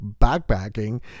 backpacking